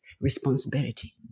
responsibility